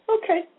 Okay